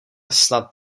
snad